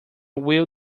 will